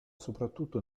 soprattutto